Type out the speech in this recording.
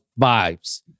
vibes